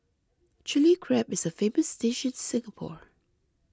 Chilli Crab is a famous dish in Singapore